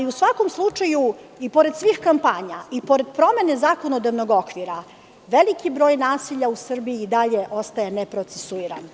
U svakom slučaju, pored svih kampanja, pored promene zakonodavnog okvira, veliki broj nasilja u Srbiji i dalje ostaje neprocesuiran.